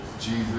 Jesus